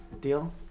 Deal